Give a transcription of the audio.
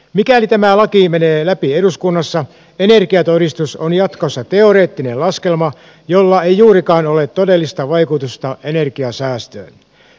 mikäli tämä laki menee läpi eduskunnassa energiatodistus on jatkossa teoreettinen laskelma jolla ei juurikaan ole todellista vaikutusta energiansäästöön